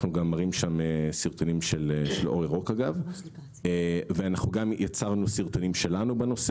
אנחנו מראים שם סרטונים של הוראות חוק וגם יצרנו סרטונים שלנו בנושא